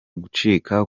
gucika